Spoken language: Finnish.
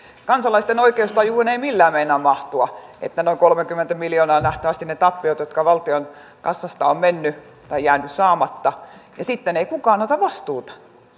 kansalaisten oikeustajuun ei millään meinaa mahtua että noin kolmekymmentä miljoonaa ovat nähtävästi ne tappiot ne ovat valtion kassasta jääneet saamatta ja sitten ei kukaan ota vastuuta